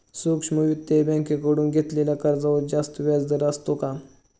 सूक्ष्म वित्तीय बँकेकडून घेतलेल्या कर्जावर जास्त व्याजदर असतो का?